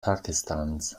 pakistans